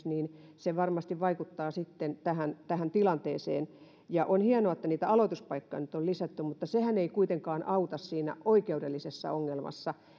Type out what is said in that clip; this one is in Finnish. niin se varmasti vaikuttaa sitten tähän tähän tilanteeseen on hienoa että niitä aloituspaikkoja nyt on lisätty mutta sehän ei kuitenkaan auta siinä oikeudellisessa ongelmassa